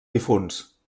difunts